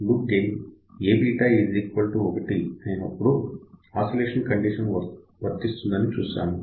loop gain Aβ 1 అయినప్పుడు oscillation condition వర్తిస్తుందని చూశాము